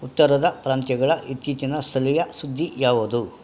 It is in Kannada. ಉತ್ತರದ ಪ್ರಾಂತ್ಯಗಳ ಇತ್ತೀಚಿನ ಸ್ಥಳೀಯ ಸುದ್ದಿ ಯಾವುದು